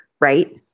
right